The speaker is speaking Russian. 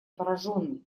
пораженный